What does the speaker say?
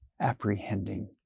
apprehending